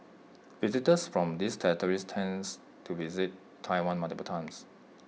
visitors from these territories tends to visit Taiwan multiple times